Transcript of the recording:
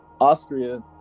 Austria